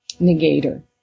negator